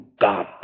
God